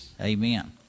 Amen